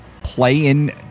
play-in